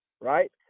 right